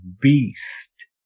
beast